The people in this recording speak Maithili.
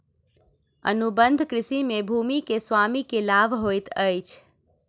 अनुबंध कृषि में भूमि के स्वामी के लाभ होइत अछि